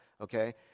Okay